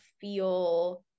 feel